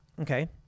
Okay